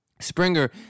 Springer